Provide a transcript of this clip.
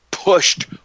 pushed